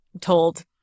told